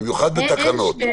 במיוחד בתקנות.